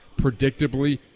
predictably